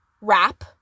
wrap